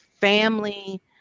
family